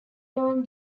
known